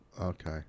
Okay